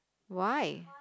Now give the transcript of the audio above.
why